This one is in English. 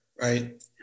right